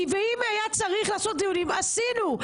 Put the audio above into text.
ואם היה צריך לעשות דיונים עשינו,